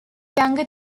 younger